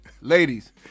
ladies